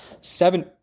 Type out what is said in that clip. seven